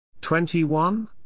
Twenty-one